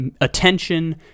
attention